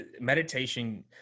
meditation